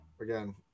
Again